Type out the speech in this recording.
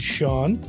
Sean